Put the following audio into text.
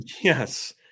yes